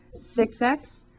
6x